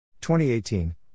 2018